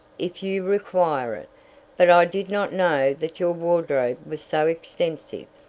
if you require it but i did not know that your wardrobe was so extensive.